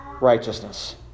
righteousness